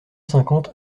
cinquante